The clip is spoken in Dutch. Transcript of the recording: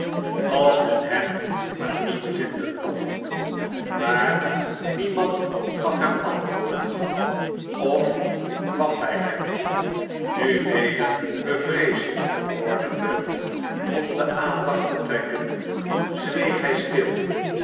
als men hem maar niet vinden kon maar niemand gaf hem antwoord of kwam bij hem nu weder bevreesd wordende om de aandacht te trekken zweeg hij stil